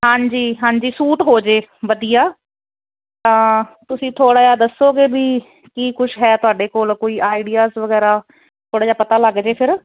ਹਾਂਜੀ ਹਾਂਜੀ ਸੂਟ ਹੋਜੇ ਵਧੀਆ ਤਾਂ ਤੁਸੀਂ ਥੋੜ੍ਹਾ ਜਿਹਾ ਦੱਸੋਗੇ ਵੀ ਕੀ ਕੁਛ ਹੈ ਤੁਹਾਡੇ ਕੋਲ ਕੋਈ ਆਈਡੀਆਸ ਵਗੈਰਾ ਥੋੜ੍ਹਾ ਜਿਹਾ ਪਤਾ ਲੱਗ ਜੇ ਫਿਰ